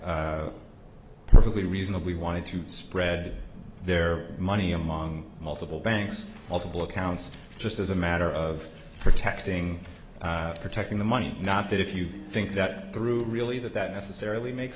have perfectly reasonably wanted to spread their money among multiple banks multiple accounts just as a matter of protecting protecting the money not that if you think that through really that that necessarily makes